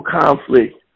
conflict